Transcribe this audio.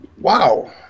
wow